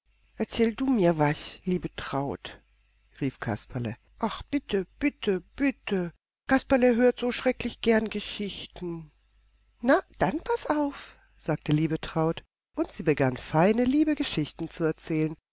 erzähle du mir was liebetraut rief kasperle ach bitte bitte bitte kasperle hört schrecklich gern geschichten na dann paß auf sagte liebetraut und sie begann feine liebe geschichten zu erzählen